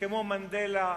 כמו מנדלה,